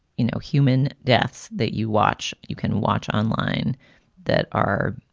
you know, human deaths that you watch. you can watch online that are,